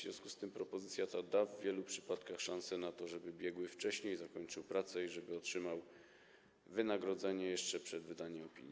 W związku z tym propozycja ta da w wielu przypadkach szansę na to, żeby biegły wcześniej zakończył pracę i żeby otrzymał wynagrodzenie jeszcze przed wydaniem opinii.